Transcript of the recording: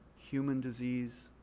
human disease,